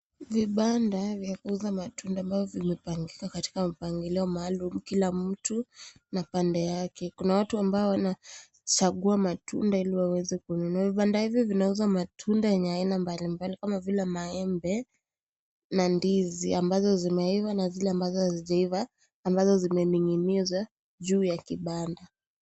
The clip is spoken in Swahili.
Vibanda vya kuuza matunda ambavyo vimepangika katika mpangilio maalum kila mtu na pande yake, kuna watu ambao wanachagua matunda ili waweze kununua, vibanda hivyo vinauza matunda yenye aina mbalimbali kama vile maembe na ndizi ambazo zimeiva na zile ambazo hazijaiva ambazo zimening'inizwa juu ya kibanda.